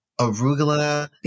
arugula